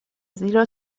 زیرا